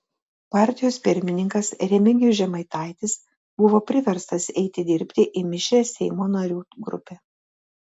partijos pirmininkas remigijus žemaitaitis buvo priverstas eiti dirbti į mišrią seimo narių grupę